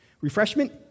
Refreshment